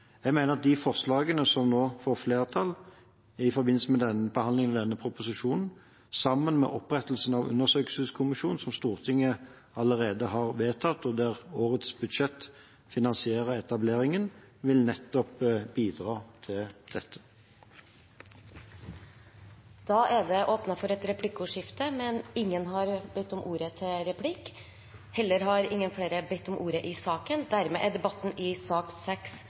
Jeg mener at de forslagene som nå får flertall i forbindelse med behandlingen av denne proposisjonen, sammen med opprettelsen av undersøkelseskommisjonen som Stortinget allerede har vedtatt, der årets budsjett finansierer etableringen, vil bidra til nettopp dette. Det blir replikkordskifte. Ingen har bedt om ordet til replikk. Flere har ikke bedt om ordet til sak